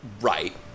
right